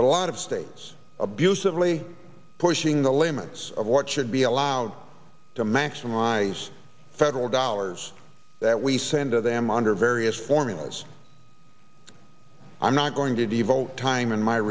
but a lot of states abusively pushing the limits of what should be allowed to maximize federal dollars that we send to them under various formulas i'm not going to devote time in my